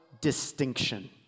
distinction